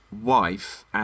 wife